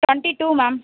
twenty two ma'am